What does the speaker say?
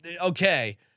Okay